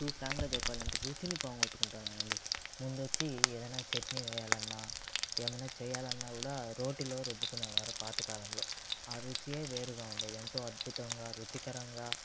two frank గా చెప్పాలంటే రుచిని పోగొట్టుకుంటున్నానండి ముందు వచ్చి ఏదన్న చెట్ని వేయాలన్న ఏమన్న చేయాలన్న కూడా రోటిలో రుబ్బుకొనేవారు పాతకాలంలో ఆ రుచియే వేరుగా ఉండేది ఎంతో అద్భుతంగా రుచికరంగా